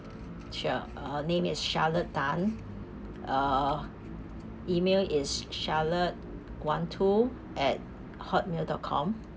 sure uh name is charlotte tan uh email is charlotte one two at hot mail dot com